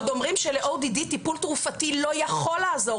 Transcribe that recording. עוד אומרים של- ODDטיפול תרופתי לא יכול לעזור,